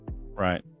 Right